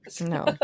No